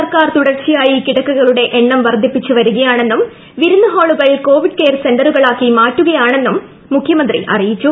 സർക്കാർ തുടർച്ചയായി കിടക്കകളുടെ എണ്ണം വർദ്ധിപ്പിച്ച് വരികയാണെന്നും വിരുന്ന് ഹാളുകൾ കോവിഡ് കെയർ സെന്ററുകൾ ആക്കി മാറ്റുകയാണെന്നും മുഖ്യമന്ത്രി അറിയിച്ചു